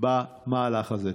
במהלך הזה.